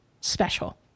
Special